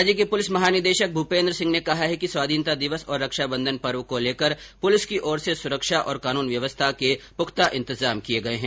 राज्य के पुलिस महानिदेशक भूपेन्द्र सिंह ने कहा है कि स्वाधीनता दिवस और रक्षा बंधन पर्व को लेकर पुलिस की ओर से सुरक्षा और कानून व्यवस्था के पूख्ता इंतजाम किये गये हैं